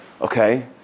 okay